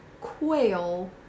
quail